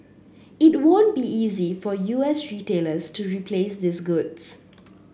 it won't be easy for U S retailers to replace these goods